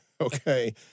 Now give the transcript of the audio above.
okay